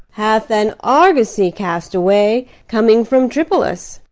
hath an argosy cast away, coming from tripolis.